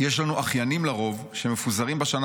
יש לנו אחיינים לרוב שמפוזרים בשנה